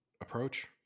approach